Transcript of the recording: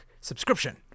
subscription